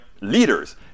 leaders